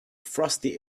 frosty